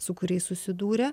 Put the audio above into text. su kuriais susidūrė